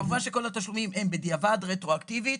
כמובן שכל התשלומים הם בדיעבד, רטרואקטיבית.